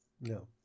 No